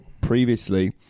previously